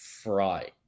fry